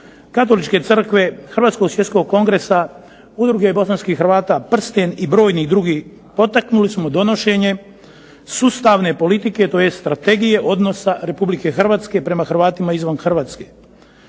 Katoličke crkve, Hrvatskog svjetskog kongresa, Udruge bosanskih hrvata "Prsten" i brojni drugi potaknuli smo donošenje sustavne politike tj. strategije odnosa Republike Hrvatske prema Hrvatima izvan Republike